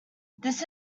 this